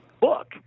book